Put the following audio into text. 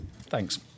Thanks